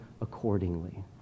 accordingly